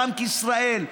בנק ישראל,